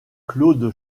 claude